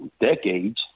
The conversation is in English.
decades